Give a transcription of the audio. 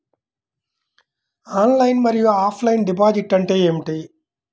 Online మరియు offline deposit అంటే ఏమిటి?